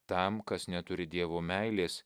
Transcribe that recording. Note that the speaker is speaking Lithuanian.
tam kas neturi dievo meilės